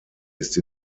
ist